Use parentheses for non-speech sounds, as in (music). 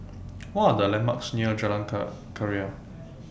What Are The landmarks near Jalan (unintelligible) Keria